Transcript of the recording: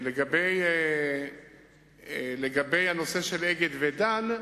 לגבי הנושא של "אגד" ו"דן"